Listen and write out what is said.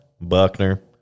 Buckner